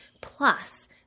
plus